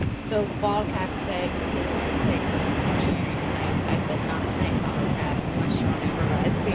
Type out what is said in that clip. so ballcap said he wants plate goes pictionary tonight i said knots night bottle cats and less sean overrides like